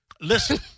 Listen